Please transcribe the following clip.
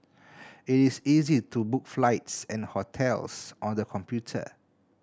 it is easy to book flights and hotels on the computer